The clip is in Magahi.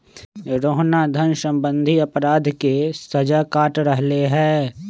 रोहना धन सम्बंधी अपराध के सजा काट रहले है